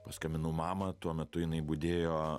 paskambinau mama tuo metu jinai budėjo